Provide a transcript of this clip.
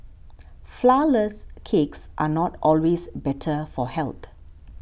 Flourless Cakes are not always better for health